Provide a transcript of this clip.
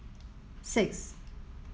six